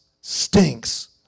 stinks